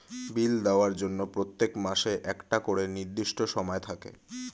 বিল দেওয়ার জন্য প্রত্যেক মাসে একটা করে নির্দিষ্ট সময় থাকে